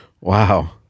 wow